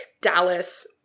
Dallas